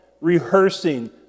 rehearsing